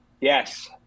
yes